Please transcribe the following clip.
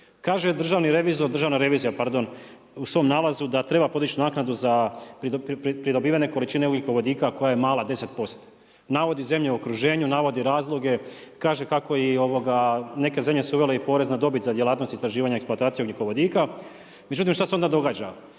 Kaže Državna revizija u svom nalazu da treba podići naknadu pri dobivene količine ugljikovodika, koja je mala, 10%. Navodi zemlje u okruženju, navodi razloge, kaže kako i neke zemlje su uvele i porez na dobit za djelatnost istraživanja eksplantacije ugljikovodika. Međutim, šta se onda događa.